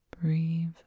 breathe